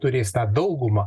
turės tą daugumą